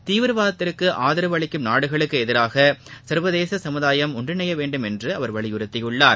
தீவிரவாதத்திற்கு ஆதரவு அளிக்கும் நாடுகளுக்கு எதிராக சர்வதேச சமுதாயம் ஒன்றிணையவேண்டும் என்றும் அவர் வலியுறுத்தியுள்ளார்